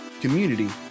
community